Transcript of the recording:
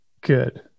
Good